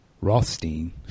Rothstein